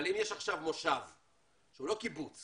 אבל אם יש עכשיו מושב שהוא לא קיבוץ